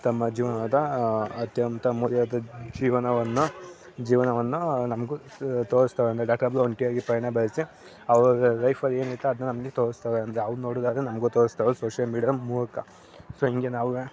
ತಮ್ಮ ಜೀವನದ ಅತ್ಯಂತ ಅಮೂಲ್ಯವಾದ ಜೀವನವನ್ನು ಜೀವನವನ್ನ ನಮಗೂ ತೋರಿಸ್ತಾರೆಂದ್ರೆ ಡಾಕ್ಟರ್ ಬ್ರೋ ಒಂಟಿಯಾಗಿ ಪಯಣ ಬೆಳೆಸಿ ಅವರ ಲೈಫಲ್ಲಿ ಏನಿತ್ತು ಅದನ್ನ ನಮಗೆ ತೋರಿಸ್ತಾರೆಂದ್ರೆ ಅವ್ರು ನೋಡೋದಲ್ದೆ ನಮಗೂ ತೋರಿಸ್ತಾರೆ ಸೋಶಿಯಲ್ ಮೀಡಿಯಾದ ಮೂಲಕ ಸೊ ಹೀಗೆ ನಾವುವೇ